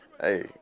hey